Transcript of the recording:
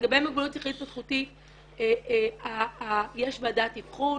לגבי מוגבלות שכלית התפתחותית יש ועדת אבחון